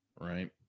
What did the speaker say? right